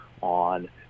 on